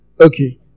okay